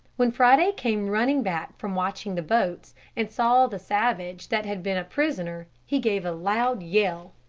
when friday came running back from watching the boats and saw the savage that had been a prisoner he gave a loud yell.